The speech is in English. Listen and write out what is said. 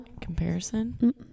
comparison